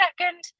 second